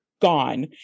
gone